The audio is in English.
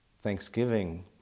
Thanksgiving